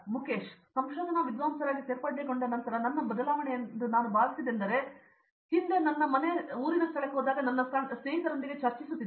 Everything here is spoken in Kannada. ಮುಖೇಶ್ ಸಂಶೋಧನಾ ವಿದ್ವಾಂಸರಾಗಿ ಸೇರ್ಪಡೆಗೊಂಡ ನಂತರ ನನ್ನ ಬದಲಾವಣೆಯೆಂದು ನಾನು ಭಾವಿಸಿದ್ದೆಂದರೆ ಹಿಂದೆ ನನ್ನ ಮನೆಯ ಸ್ಥಳಕ್ಕೆ ಹೋದಾಗ ನಾನು ನನ್ನ ಸಣ್ಣ ಸ್ನೇಹಿತರೊಂದಿಗೆ ಚರ್ಚಿಸುತ್ತಿದ್ದೆ